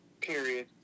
period